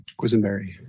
Quisenberry